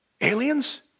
aliens